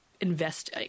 invest